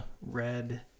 Red